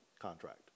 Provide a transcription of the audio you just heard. contract